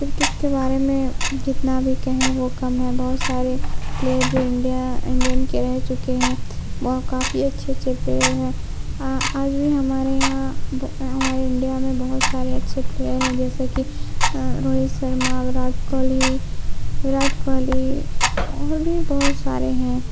cricket کے بارے میں جتنا بھی کہیں وہ کم ہے بہت سارے پلیئر جو انڈیا انڈین کے رہ چکے ہیں وہ کافی اچھے اچھے پلیئر ہیں آج بھی ہمارے یہاں ہمارے انڈیا میں بہت سارے اچھے پلیئر ہیں جیسے کہ روہت شرما وراٹ کوہلی وراٹ کوہلی اور بھی بہت سارے ہیں